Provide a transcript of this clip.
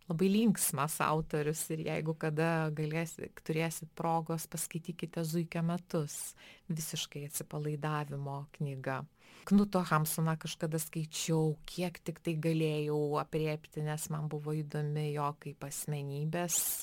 labai linksmas autorius ir jeigu kada galėsit turėsit progos paskaitykite zuikio metus visiškai atsipalaidavimo knyga knuto hamsuną kažkada skaičiau kiek tiktai galėjau aprėpti nes man buvo įdomi jo kaip asmenybės